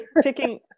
picking